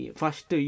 first